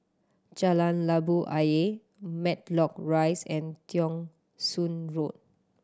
Jalan Labu Ayer Matlock Rise and Thong Soon Road